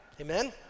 Amen